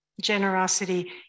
Generosity